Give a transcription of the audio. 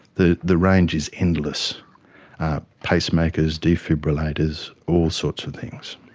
the the range is endless pacemakers, defibrillators, all sorts of things.